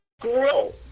grow